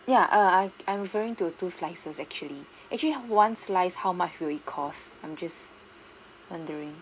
ya err I I'm referring to two slices actually actually one slice how much will it cost I'm just wondering